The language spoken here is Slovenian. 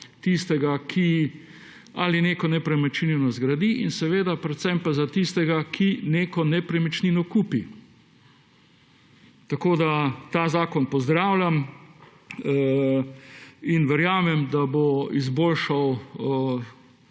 tistega, ki neko nepremičnino zgradi, in predvsem za tistega, ki neko nepremičnino kupi. Ta zakon pozdravljam in verjamem, da bo izboljšal